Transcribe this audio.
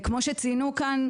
כמו שציינו כאן,